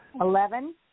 Eleven